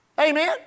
Amen